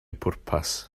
pwrpas